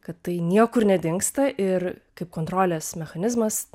kad tai niekur nedingsta ir kaip kontrolės mechanizmas